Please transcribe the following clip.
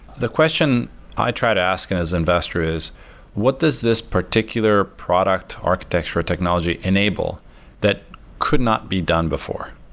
the question i try to ask and as an investor is what does this particular product architecture technology enable that could not be done before,